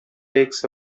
takes